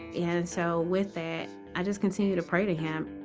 and so, with that, i just continue to pray to him.